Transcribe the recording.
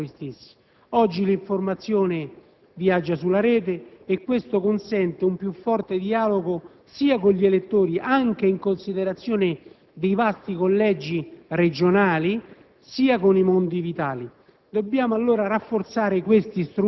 Di questo ce ne eravamo fatti carico noi stessi. Oggi l'informazione viaggia sulla rete e ciò consente un maggior dialogo sia con gli elettori, anche in considerazione dei vasti collegi regionali, sia con i «mondi vitali».